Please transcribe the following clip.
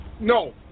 No